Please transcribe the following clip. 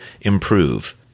improve